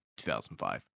2005